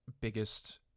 biggest